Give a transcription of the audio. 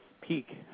peak